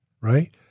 right